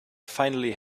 finally